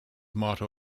motto